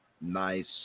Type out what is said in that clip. nice